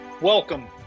Welcome